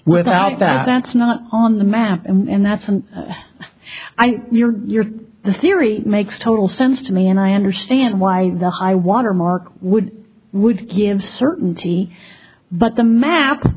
without that that's not on the map and that's an i your your the theory makes total sense to me and i understand why the high watermark would would give certainty but the ma